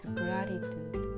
gratitude